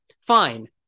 Fine